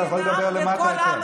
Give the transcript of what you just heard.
אתה יכול לדבר איתה למטה.